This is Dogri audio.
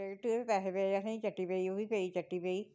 टिकट दे बी पैहे पे असें गी झट्टी पेई ओह् बी पेई झट्टी पेई